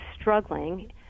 struggling